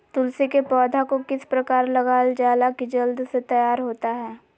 तुलसी के पौधा को किस प्रकार लगालजाला की जल्द से तैयार होता है?